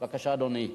בבקשה, אדוני.